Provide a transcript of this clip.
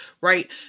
right